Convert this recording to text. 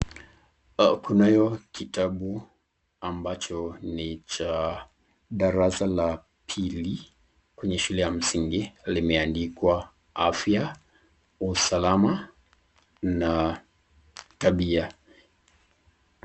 Kuna hiyo kitabu ambacho ni cha darasa la pili kwenye shule ya msingi limeandikwa afya, usalama na tabia.